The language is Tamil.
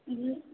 இல்லை